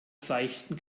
seichten